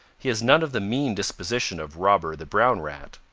he has none of the mean disposition of robber the brown rat.